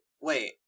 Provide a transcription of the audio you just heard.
Wait